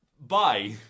bye